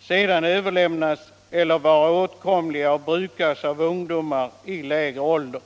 sedan överlämnas till eller vara åtkomliga för och brukas av ungdomar i lägre åldrar.